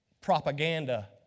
propaganda